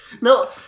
No